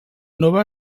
nova